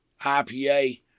IPA